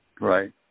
Right